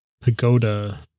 pagoda